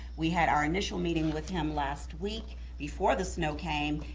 we had our initial meeting with him last week before the snow came,